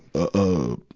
ah, ah, ah,